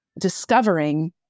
discovering